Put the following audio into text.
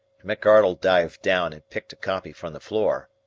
mcardle dived down and picked a copy from the floor.